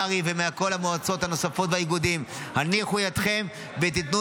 מהר"י ומכל המועצות הנוספות והאיגודים: הניחו ידכם ותיתנו